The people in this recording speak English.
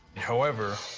however,